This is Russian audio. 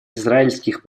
израильских